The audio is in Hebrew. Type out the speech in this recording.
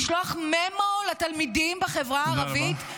לשלוח memo לתלמידים בחברה הערבית, תודה רבה.